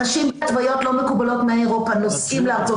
אנשים עם התוויות לא מקובלות מאירופה נוסעים לארצות